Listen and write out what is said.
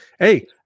Hey